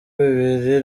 bibiri